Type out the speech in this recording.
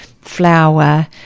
flour